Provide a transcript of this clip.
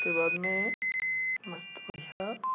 उसके बाद में मस्त बढ़िया